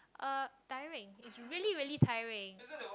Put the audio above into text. uh tiring it's really really tiring